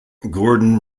gordon